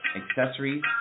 accessories